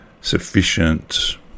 sufficient